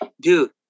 dude